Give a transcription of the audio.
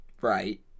Right